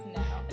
now